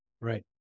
Right